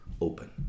open